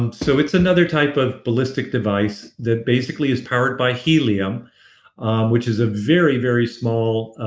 um so it's another type of ballistic device that basically is powered by helium which is a very, very small